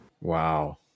Wow